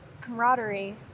camaraderie